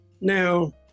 Now